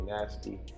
nasty